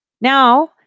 Now